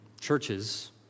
churches